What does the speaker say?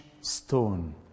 stone